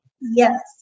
Yes